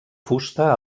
fusta